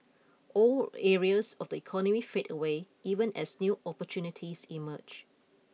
old areas of the economy fade away even as new opportunities emerge